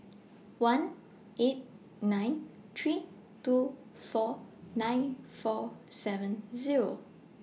one eight nine three two four nine four seven Zero